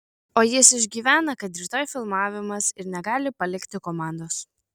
o jis išgyvena kad rytoj filmavimas ir negali palikti komandos